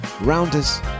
rounders